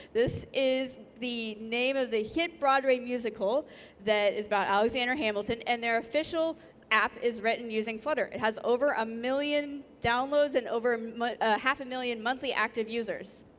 this is the name of the hit broadway musical that is about alexander hamilton and their official app is written using flutter, it has over a million downloads and over but a half a million monthly active users.